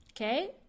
okay